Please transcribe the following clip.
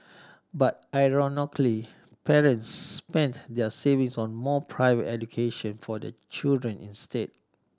but ironically parents spent there savings on more private education for their children instead